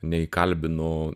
nei kalbinu